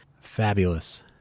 fabulous